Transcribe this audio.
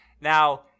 now